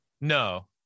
no